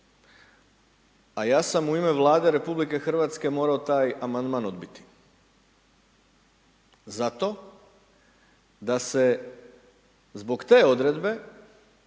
a ja sam u ime Vlade Republike Hrvatske morao taj amandman odbiti. Zato da se zbog te odredbe